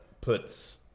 puts